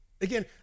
Again